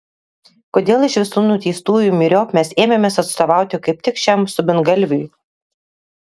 kodėl iš visų nuteistųjų myriop mes ėmėmės atstovauti kaip tik šiam subingalviui